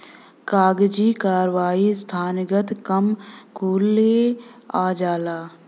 कागजी कारवाही संस्थानगत काम कुले आ जाला